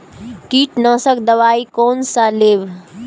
कीट नाशक दवाई कोन सा लेब?